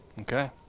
Okay